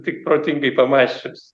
tik protingai pamąsčius